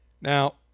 Now